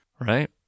Right